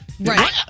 Right